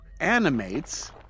animates